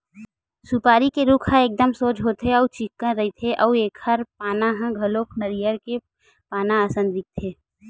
सुपारी के रूख ह एकदम सोझ होथे अउ चिक्कन रहिथे अउ एखर पाना ह घलो नरियर के पाना असन दिखथे